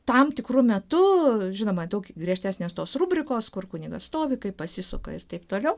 tam tikru metu žinoma daug griežtesnės tos rubrikos kur kunigas stovi kaip pasisuka ir taip toliau